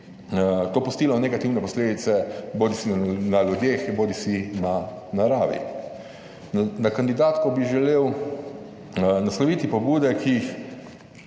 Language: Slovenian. to pustilo negativne posledice bodisi na ljudeh, bodisi na naravi. Na kandidatko bi želel nasloviti pobude, ki